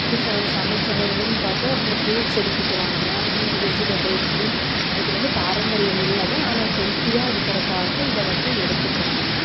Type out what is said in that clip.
அப்படி ச சமைக்கிறதுலேன்னு பார்த்தா இந்த புரூட்ஸ் எடுத்துக்கிறாங்க வெஜிடபுள்ஸ் இது வந்து பாரம்பரிய இல்லைதான் ஆனால் ஹெல்த்தியாக இருக்கிறக்காக இதை வந்து எடுத்துக்கிறாங்க